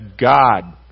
God